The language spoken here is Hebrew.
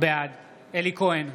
בעד אלי כהן,